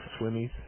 swimmies